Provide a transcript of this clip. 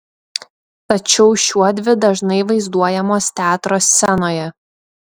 tačiau šiuodvi dažnai vaizduojamos teatro scenoje